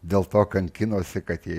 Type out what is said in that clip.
dėl to kankinosi kad jie